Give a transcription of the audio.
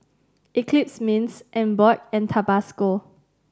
Eclipse Mints Emborg and Tabasco